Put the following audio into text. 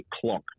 clock